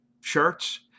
shirts